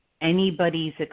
anybody's